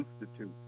Institute